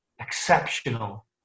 exceptional